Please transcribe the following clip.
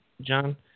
John